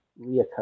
reoccur